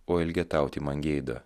o elgetauti man gėda